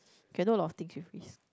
can know lot of things with risk